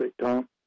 Tom